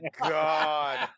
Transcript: God